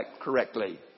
correctly